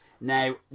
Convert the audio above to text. Now